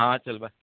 हां चल बाय